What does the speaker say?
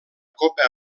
copa